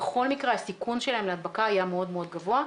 בכל מקרה הסיכון שלהם להדבקה היה מאוד גבוה,